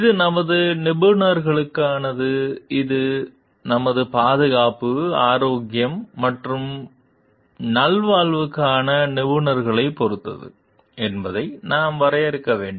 இது நமது நிபுணர்களுக்கானது நமது பாதுகாப்பு ஆரோக்கியம் மற்றும் நல்வாழ்வுக்கான நிபுணர்களைப் பொறுத்தது என்பதை நாம் வரையறுக்க வேண்டும்